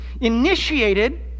initiated